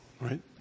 right